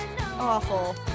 awful